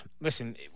listen